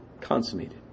Consummated